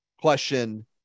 question